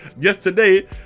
Yesterday